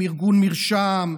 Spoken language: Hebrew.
ארגון "מרשם",